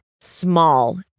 small